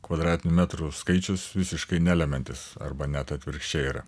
kvadratinių metrų skaičius visiškai nelemiantis arba net atvirkščiai yra